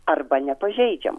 arba nepažeidžiam